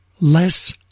less